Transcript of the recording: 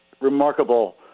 remarkable